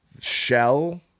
shell